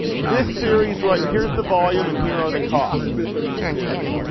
this series right here's the volume and here are the costs for each series.